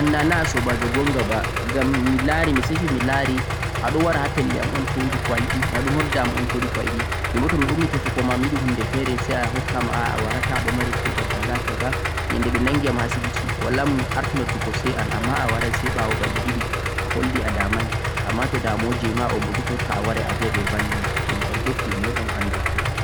an nana a soobaajo gonga ba ngam mi laari, mi sifi mi laari a ɗo wara ha pelle am un to woodi ko a yiɗi, a ɗo nodda am un woodi ko a yiɗi, min bo to mi ummi tefugoma ma mi yiɗi huunde feere say a hokkam aa a warata a ɗo mari kuugal 'kaza' 'kaza' nyannde ɓe nanngiyam ha' asibiti walaa mo mi arti noddugo say an, ammaa a waray say ɓa'wo balɗe ɗiɗi, a holli a damay ammaa to damuwa jee ma un bo jotta jotta a waray a biya ɓe balle to mi hefti moy on an jotta.